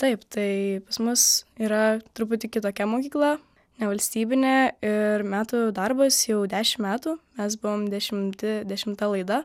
taip tai pas mus yra truputį kitokia mokykla nevalstybinė ir metų darbas jau dešimt metų mes buvom dešimti dešimta laida